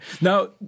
Now